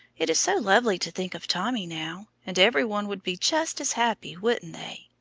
it is so lovely to think of tommy now! and every one would be just as happy, wouldn't they?